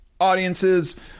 audiences